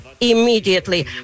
immediately